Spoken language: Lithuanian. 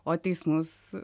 o teismus